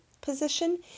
position